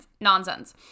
nonsense